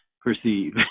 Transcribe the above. perceive